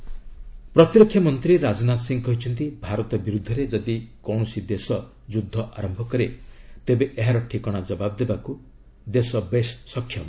ରାଜନାଥ ସିଂହ ପ୍ରତିରକ୍ଷା ମନ୍ତ୍ରୀ ରାଜନାଥ ସିଂହ କହିଛନ୍ତି ଭାରତ ବିରୁଦ୍ଧରେ ଯଦି କୌଣସି ଦେଶ ଯୁଦ୍ଧ ଆରମ୍ଭ କରେ ତେବେ ଏହାର ଠିକଣା ଜବାବ୍ ଦେବାକୁ ଦେଶ ବେଶ୍ ସକ୍ଷମ